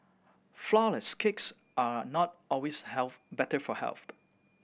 flourless cakes are not always health better for health